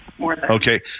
Okay